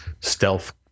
stealth